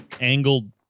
angled